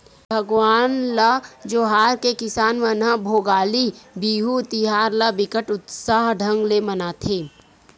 भगवान ल जोहार के किसान मन ह भोगाली बिहू तिहार ल बिकट उत्साह ढंग ले मनाथे